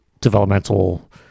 developmental